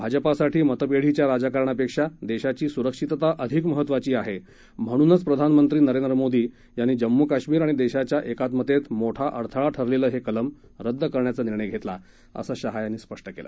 भाजपासाठी मतपेढीच्या राजकारणापेक्षा देशाची सुरक्षितता अधिक महत्त्वाची आहे म्हणूनच प्रधानमंत्री नरेंद्र मोदी यांनी जम्मू कश्मीर आणि देशाच्या एकात्मतेत मोठा अडथळा ठरलेलं हे कलम रद्द करण्याचा निर्णय घेतला असं शाह यांनी सांगितलं